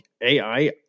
AI